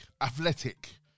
athletic